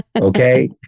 Okay